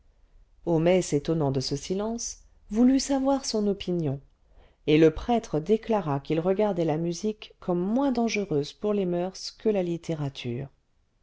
homais s'étonnant de ce silence voulut savoir son opinion et le prêtre déclara qu'il regardait la musique comme moins dangereuse pour les moeurs que la littérature